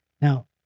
Now